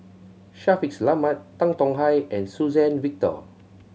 Shaffiq Selamat Tan Tong Hye and Suzann Victor